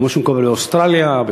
כמו שמקובל באוסטרליה,